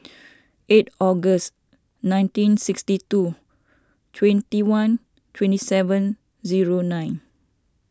eight August nineteen sixty two twenty one twenty seven zero nine